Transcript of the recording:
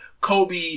Kobe